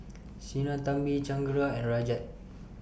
Sinnathamby Chengara and Rajat